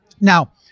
Now